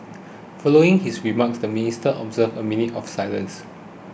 following his remarks the Ministers observed a minute of silence